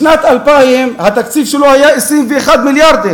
בשנת 2000 התקציב שלו היה 21 מיליארדים,